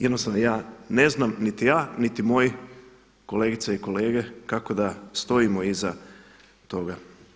Jednostavno ne znam niti ja, niti moji kolegice i kolege kako da stojimo iza toga.